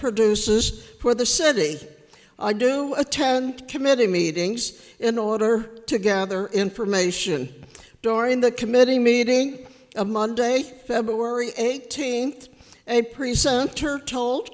produces for the city i do attend committee meetings in order to gather information during the committee meeting a monday february eighteenth a precentor told